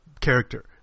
character